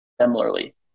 similarly